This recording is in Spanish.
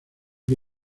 que